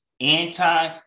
anti